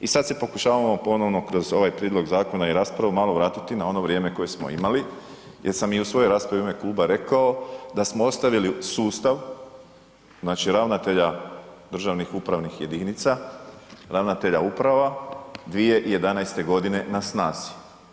I sad se pokušavamo ponovno kroz ovaj prijedlog zakona i raspravu malo vratiti na ono vrijeme koje smo imali jer sam i u svojoj raspravi u ime kluba rekao da smo ostavili sustav, znači ravnatelja državnih upravnih jedinica, ravnatelja uprava 2011. godine na snazi.